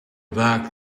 back